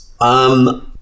Um-